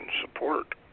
support